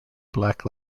black